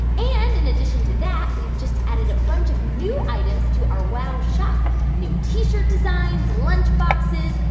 and in addition to that, we've just added a bunch of new items to our wow shop new t-shirt designs, lunch boxes,